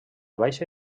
baixa